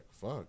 fuck